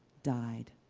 dyed,